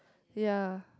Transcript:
ya